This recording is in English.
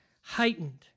heightened